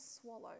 swallow